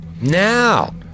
Now